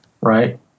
right